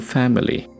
family